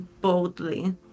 boldly